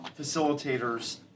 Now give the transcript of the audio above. facilitators